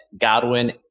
Godwin